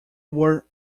were